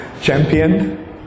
champion